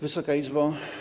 Wysoka Izbo!